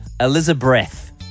Elizabeth